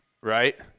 right